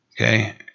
okay